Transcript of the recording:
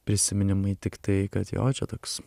prisiminimai tiktai kad jo čia toks